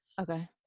Okay